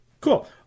Cool